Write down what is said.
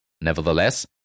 Nevertheless